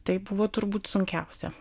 tai buvo turbūt sunkiausia